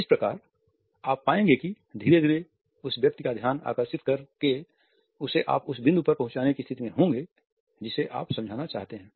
इस प्रकार आप पाएंगे कि धीरे धीरे उस व्यक्ति का ध्यान आकर्षित कर के उसे आप उस बिंदु पर पहुंचाने की स्थिति में होंगे जिसे आप समझाना चाहते हैं